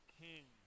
king